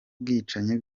bwicanyi